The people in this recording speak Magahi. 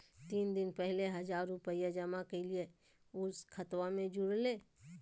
तीन दिन पहले हजार रूपा जमा कैलिये, ऊ खतबा में जुरले?